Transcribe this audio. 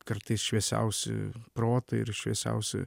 kartais šviesiausi protai ir šviesiausi